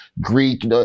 Greek